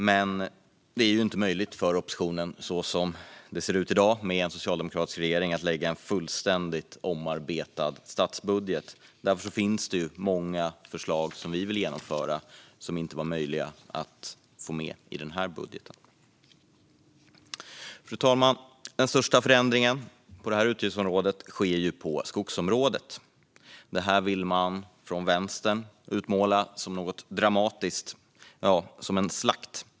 Men som det ser ut i dag, med en socialdemokratisk regering, är det inte möjligt för oppositionen att lägga fram en fullständigt omarbetad statsbudget. Därför var det många förslag som vi vill genomföra som inte var möjliga att få med i den här budgeten. Fru talman! Den största förändringen inom detta utgiftsområde sker på skogsområdet. Detta vill man från Vänstern utmåla som något dramatiskt - ja, som en slakt.